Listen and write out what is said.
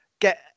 get